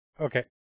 Okay